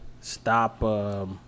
stop